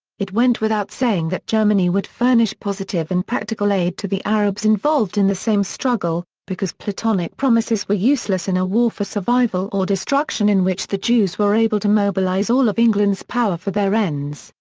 it went without saying that germany would furnish positive and practical aid to the arabs involved in the same struggle, because platonic promises were useless in a war for survival or destruction in which the jews were able to mobilize all of england's power for their ends.